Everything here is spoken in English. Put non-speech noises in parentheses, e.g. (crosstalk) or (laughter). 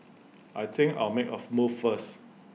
I think I'll make A (noise) move first